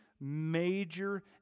major